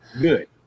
Good